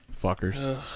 Fuckers